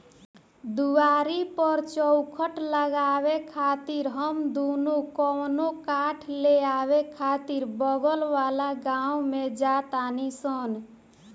दुआरी पर चउखट लगावे खातिर हम दुनो कवनो काठ ले आवे खातिर बगल वाला गाँव में जा तानी सन